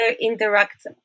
interact